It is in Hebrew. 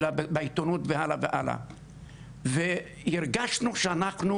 אלא בעיתונות וכו' והרגשנו שאנחנו,